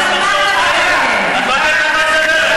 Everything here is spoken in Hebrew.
אז על מה אתה מדבר?